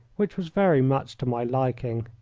which was very much to my liking.